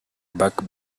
back